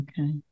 Okay